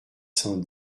cent